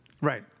Right